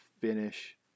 finish